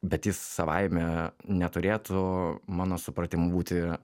bet jis savaime neturėtų mano supratimu būti